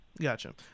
gotcha